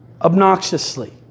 obnoxiously